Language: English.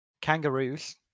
Kangaroos